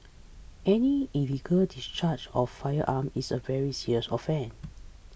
any illegal discharge of firearms is a very serious offence